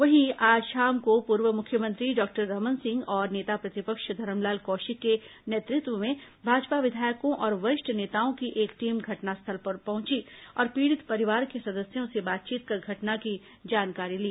वहीं आज शाम को पूर्व मुख्यमंत्री डॉक्टर रमन सिंह और नेता प्रतिपक्ष धरमलाल कौशिक के नेतृत्व में भाजपा विधायकों और वरिष्ठ नेताओं की एक टीम घटनास्थल पहंची और पीड़ित परिवार के सदस्यों से बातचीत कर घटना की जानकारी ली